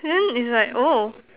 then is like oh